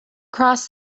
crossed